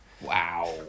Wow